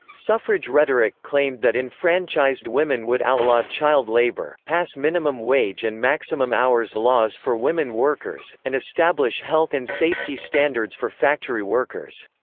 suffrage rhetoric claimed that enfranchised women would outlaw child labor, pass minimum-wage and maximum-hours laws for women workers, and establish health and safety standards for factory workers.